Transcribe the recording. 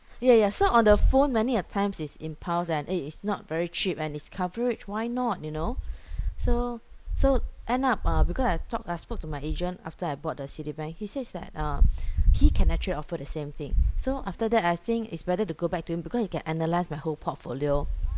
yeah yeah so on the phone many a times it's impulse and eh is not very cheap and it's coverage why not you know so so end up uh because I talked I spoke to my agent after I bought the citibank he says that uh he can actually offer the same thing so after that I think it's better to go back to him because he can analyse my whole portfolio